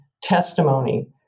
testimony